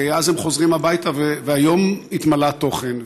ואז הם חוזרים הביתה והיום התמלא תוכן.